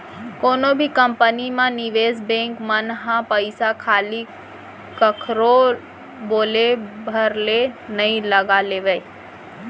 कोनो भी कंपनी म निवेस बेंक मन ह पइसा खाली कखरो बोले भर ले नइ लगा लेवय